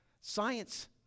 Science